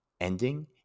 ending